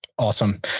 Awesome